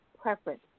preference